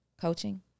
Coaching